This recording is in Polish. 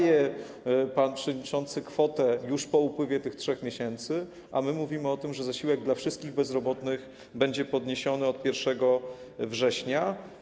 I pan przewodniczący podaje kwotę już po upływie tych 3 miesięcy, a my mówimy o tym, że zasiłek dla wszystkich bezrobotnych będzie podniesiony od 1 września.